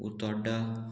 उतोड्डा